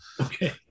Okay